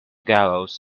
gallows